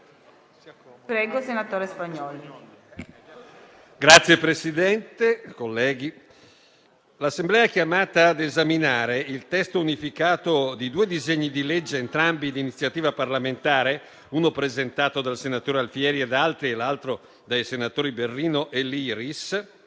l'Assemblea è chiamata ad esaminare il testo unificato di due disegni di legge, entrambi di iniziativa parlamentare, uno presentato dal senatore Alfieri ed altri e l'altro dai senatori Berrino e Liris,